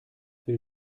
will